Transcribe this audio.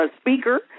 speaker